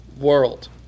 world